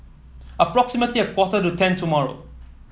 approximately a quarter to ten tomorrow